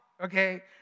okay